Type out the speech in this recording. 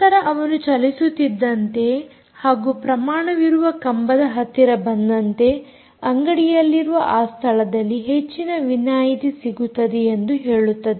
ನಂತರ ಅವನು ಚಲಿಸುತ್ತಿದ್ದಂತೆ ಹಾಗೂ ಪ್ರಮಾಣವಿರುವ ಕಂಬದ ಹತ್ತಿರ ಬಂದಂತೆ ಅಂಗಡಿಯಲ್ಲಿರುವ ಆ ಸ್ಥಳದಲ್ಲಿ ಹೆಚ್ಚಿನ ವಿನಾಯಿತಿ ಸಿಗುತ್ತದೆ ಎಂದು ಹೇಳುತ್ತದೆ